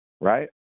Right